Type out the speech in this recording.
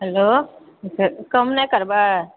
hello कम नहि करबए